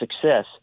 success